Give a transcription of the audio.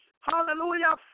Hallelujah